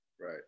Right